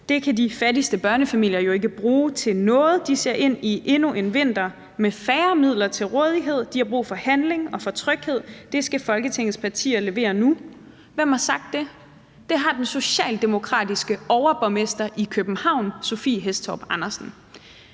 Det kan de fattigste børnefamilier jo ikke bruge til noget. De ser ind i endnu en vinter med færre midler til rådighed. De har brug for handling og for tryghed. Det skal Folketingets partier levere nu. Hvem har sagt det? Det har den socialdemokratiske overborgmester i København, Sophie Hæstorp Andersen.